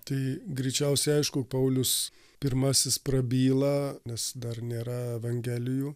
tai greičiausiai aišku paulius pirmasis prabyla nes dar nėra evangelijų